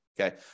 Okay